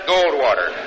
Goldwater